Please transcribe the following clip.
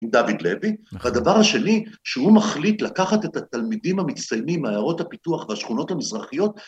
דוד לוי הדבר השני שהוא מחליט לקחת את התלמידים המצטיינים מעיירות הפיתוח והשכונות המזרחיות